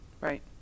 Right